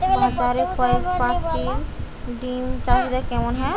বাজারে কয়ের পাখীর ডিমের চাহিদা কেমন?